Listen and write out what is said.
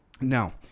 now